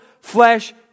flesh